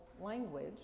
language